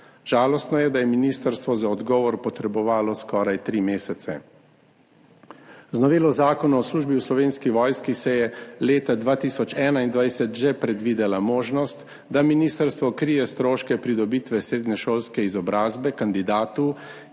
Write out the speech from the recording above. Žalostno je, da je ministrstvo za odgovor potrebovalo skoraj tri mesece. Z novelo Zakona o službi v Slovenski vojski se je leta 2021 že predvidela možnost, da ministrstvo krije stroške pridobitve srednješolske izobrazbe kandidatu,